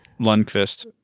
Lundqvist